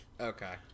Okay